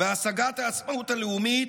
והשגת העצמאות הלאומית,